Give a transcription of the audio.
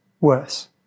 worse